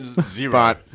Zero